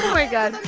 my god.